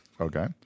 Okay